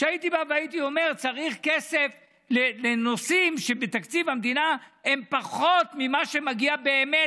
כשהייתי אומר שצריך כסף לנושאים שבתקציב המדינה הם פחות ממה שמגיע באמת,